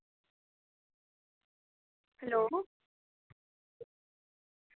hello